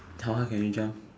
how high can you jump